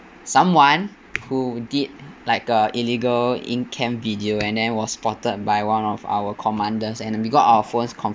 someone who did like uh illegal in camp video and then was spotted by one of our commanders and we got our phones con~